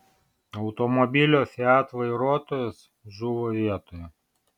automobilio fiat vairuotojas žuvo vietoje